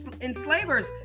enslavers